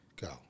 go